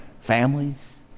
families